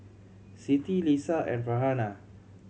Siti Lisa and Farhanah